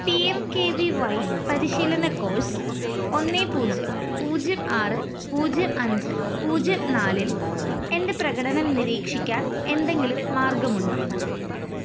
P M K V Y പരിശീലന course ഒന്ന് പൂജ്യം പൂജ്യം ആറ് പൂജ്യം അഞ്ച് പൂജ്യം നാലിൽ എൻ്റെ പ്രകടനം നിരീക്ഷിക്കാൻ എന്തെങ്കിലും മാർഗമുണ്ടോ